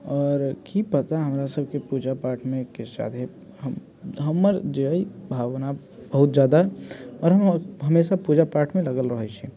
आओर की पता हमरा सबकेँ पूजापाठमे हम हमर जे अइ भावना बहुत जादा आओर हम हमेशा पूजापाठमे लागल रहैत छी